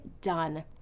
done